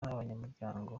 abanyamuryango